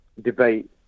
debate